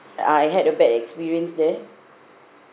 I had a bad experience there